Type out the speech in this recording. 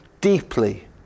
deeply